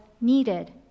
needed